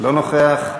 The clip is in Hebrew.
לא נוכח,